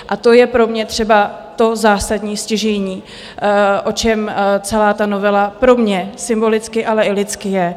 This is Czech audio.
A to je pro mě třeba to zásadní, stěžejní, o čem celá ta novela pro mě symbolicky, ale i lidsky je.